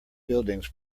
buildings